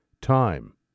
time